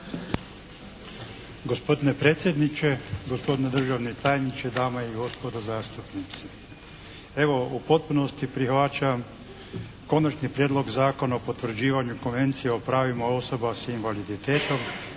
Gospodine predsjedniče, gospodine državni tajniče, dame i gospodo zastupnici. Evo, u potpunosti prihvaćam Konačni prijedlog zakona o potvrđivanju Konvencije o pravima osoba s invaliditetom